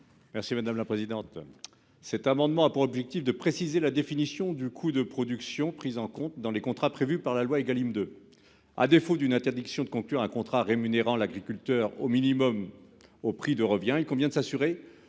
M. Daniel Salmon. Cet amendement vise à préciser la définition du coût de production pris en compte dans les contrats prévus par la loi Égalim 2. À défaut d'une interdiction de conclure un contrat rémunérant l'agriculteur au minimum au prix de revient, il convient de s'assurer